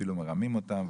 ואפילו מרמים אותם,